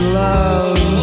love